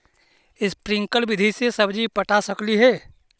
Sprinkle विधि से सब्जी पटा सकली हे?